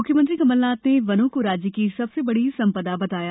मुख्यमंत्री कमलनाथ ने वनों को राज्य की सबसे बड़ी संपदा बताया